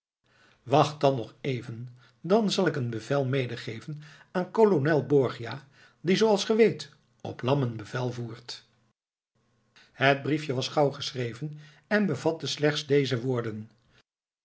wacht dan nog even dan zal ik u een bevel medegeven aan kolonel borgia die zooals ge weet op lammen bevel voert het briefje was gauw geschreven en bevatte slechts deze woorden